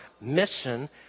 mission